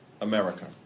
America